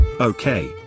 Okay